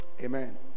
Amen